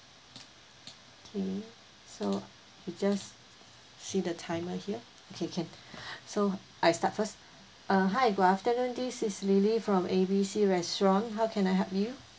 okay so we just see the timer here okay can so I start first uh hi good afternoon this is lily from A B C restaurant how can I help you